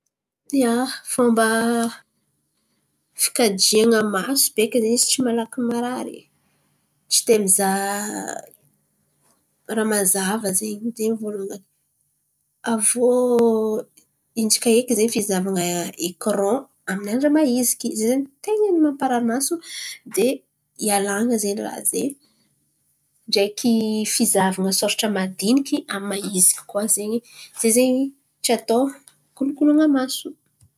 Ia, fômba fikajian̈a maso beka zen̈y izy tsy malaky marary, tsy de mizaha raha mazava zen̈y, zen̈y voalohany. Aviô intsaka eky zen̈y fizahavan̈a ekiran amy andra mahiziky ze zen̈y ten̈a ny mamparary maso. De ialan̈a zen̈y raha zen̈y ndreky fizahavan̈a sôratra madiniky amy mahiziky koa zen̈y. Ze zen̈y tsy atao ikolokoloan̈a maso.